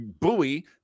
buoy